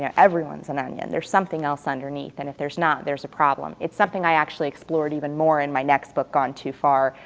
everyone is an onion, there's something else underneath and if there's not, there's a problem. it's something i actually explored even more in my next book gone too far,